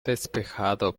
despejado